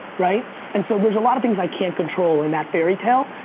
right? and so there's a lot of things i can't control in that fairy tale,